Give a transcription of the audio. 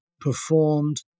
performed